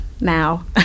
now